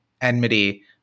enmity